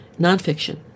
nonfiction